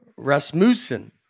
Rasmussen